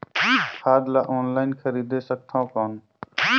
खाद ला ऑनलाइन खरीदे सकथव कौन?